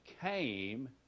came